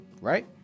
Right